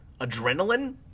adrenaline